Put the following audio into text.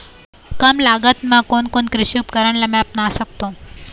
कम लागत मा कोन कोन कृषि उपकरण ला मैं अपना सकथो?